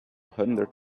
hundred